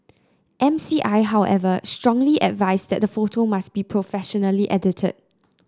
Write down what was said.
M C I however strongly advised that the photo must be professionally edited